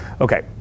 Okay